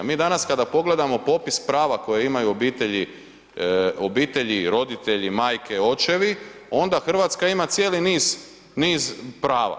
Mi danas kada pogledamo popis prava koje imaju obitelji, roditelji, majke, očevi onda Hrvatska ima cijeli niz prava.